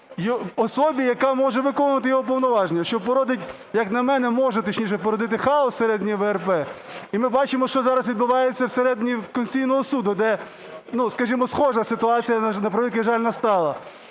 особі, яка може виконувати його повноваження, що породить, як на мене, може, точніше, породити хаос всередині ВРП. І ми бачимо, що зараз відбувається всередині Конституційного Суду, де, скажімо, схожа ситуація, на превеликий жаль, настала.